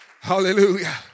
Hallelujah